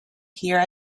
here